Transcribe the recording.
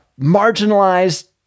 marginalized